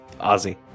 Ozzy